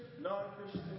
non-Christian